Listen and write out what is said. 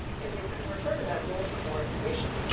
and you can refer to that rule for more information.